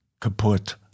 kaput